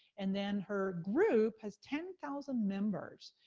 and then her group, has ten thousand members.